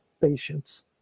patients